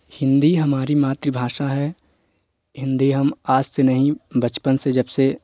हिंदी हमारी मातृभाषा है हिंदी हम आज से नहीं बचपन से जब से